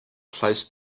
placed